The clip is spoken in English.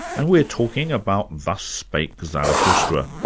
and we're talking about thus spake zarathustra.